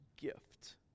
gift